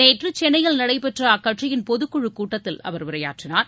நேற்று சென்னையில் நடைபெற்ற அக்கட்சியின் பொதுக்குழுக் கூட்டத்தில் அவர் உரையாற்றினார்